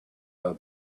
about